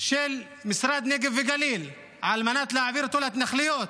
של משרד הנגב והגליל על מנת להעביר אותו להתנחלויות.